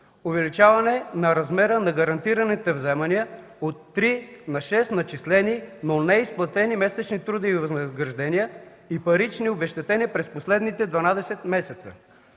увеличаване на размера на гарантираните вземания от 3 на 6 начислени, но неизплатени месечни трудови възнаграждения и парични обезщетения през последните 12 месеца;